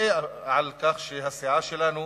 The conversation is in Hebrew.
וגאה על כך שהסיעה שלנו